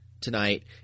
tonight